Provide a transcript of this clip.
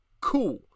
Cool